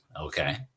Okay